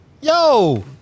Yo